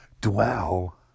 dwell